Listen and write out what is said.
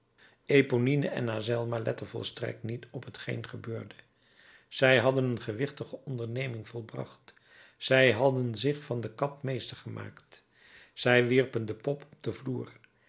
eponine en azelma letten volstrekt niet op t geen gebeurde zij hadden een gewichtige onderneming volbracht zij hadden zich van de kat meester gemaakt zij wierpen de pop op den vloer